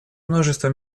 множество